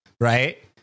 Right